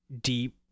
deep